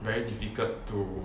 very difficult to